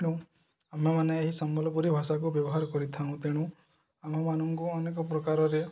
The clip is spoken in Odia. ତେଣୁ ଆମେମାନେ ଏହି ସମ୍ବଲପୁରୀ ଭାଷାକୁ ବ୍ୟବହାର କରିଥାଉ ତେଣୁ ଆମ ମାନଙ୍କୁ ଅନେକ ପ୍ରକାରରେ